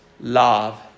Love